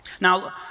Now